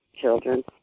children